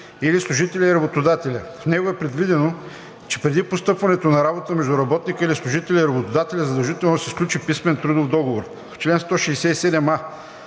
или служителя и работодателя. В него е предвидено, че преди постъпването на работа между работника или служителя и работодателя е задължително да се сключи писмен трудов договор. В чл. 167а